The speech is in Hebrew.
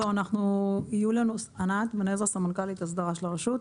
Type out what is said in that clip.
אני סמנכ"לית אסדרה של הרשות.